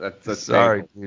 Sorry